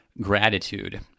gratitude